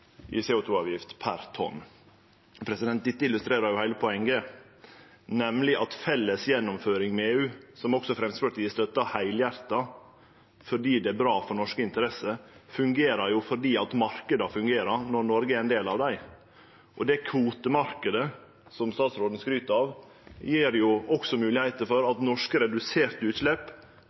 i CO 2 -avgift per tonn. Dette illustrerer jo heile poenget, nemleg at felles gjennomføring med EU, som også Framstegspartiet støttar heilhjarta fordi det er bra for norske interesser, fungerer fordi marknadene fungerer når Noreg er ein del av dei. Den kvotemarknaden som statsråden skryter av, gjev også moglegheit for at norske reduserte utslepp